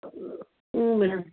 ಊಂ madam